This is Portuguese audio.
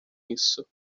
isso